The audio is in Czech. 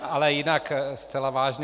Ale jinak zcela vážně.